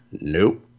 Nope